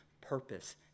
Purpose